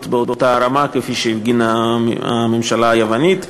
באותה רמה כפי שהפגינה הממשלה היוונית.